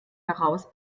heraus